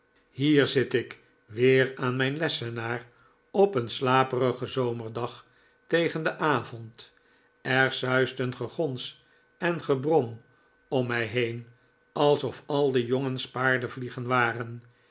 hier zit ik weer aan mijn lessenaar op een slaperigen zomerdag tegen den avond er suist een gegons en gebrom om mij heen alsof al de jongens paardenvliegen waren